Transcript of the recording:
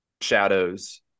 shadows